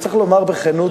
צריך להגיד בכנות,